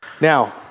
Now